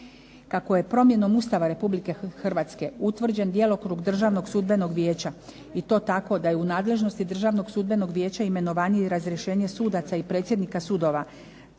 Kako je promjenom Ustava Republike Hrvatske utvrđen djelokrug Državnog sudbenog vijeća i to tako da je u nadležnosti Državnog sudbenog vijeća imenovanje i razrješenje sudaca i predsjednika sudova